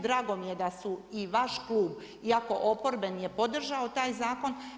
Drago mi je da su i vaš klub iako oporbe nije podržao taj zakon.